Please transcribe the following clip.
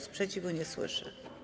Sprzeciwu nie słyszę.